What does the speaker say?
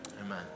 Amen